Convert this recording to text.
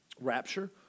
rapture